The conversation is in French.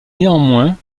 néanmoins